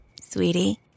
Sweetie